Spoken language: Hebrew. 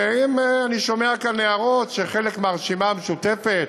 ואם אני שומע כאן הערות, שחלק מהרשימה המשותפת